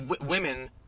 women